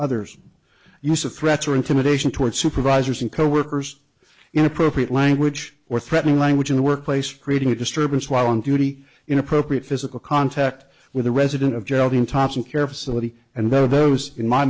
others use of threats or intimidation toward supervisors and coworkers inappropriate language or threatening language in the workplace creating a disturbance while on duty in appropriate physical contact with a resident of gelatine thompson care facility and there are those in my